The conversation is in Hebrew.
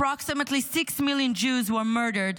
approximately six million Jews were murdered,